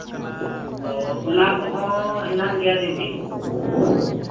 ᱦᱮᱸ ᱚᱱᱟ ᱠᱚᱦᱚᱸ ᱦᱮᱱᱟᱜ ᱜᱮᱭᱟ ᱫᱤᱫᱤ